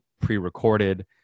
pre-recorded